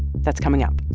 that's coming up